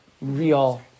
real